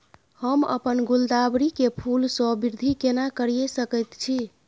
हम अपन गुलदाबरी के फूल सो वृद्धि केना करिये सकेत छी?